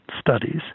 studies